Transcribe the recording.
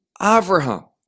Avraham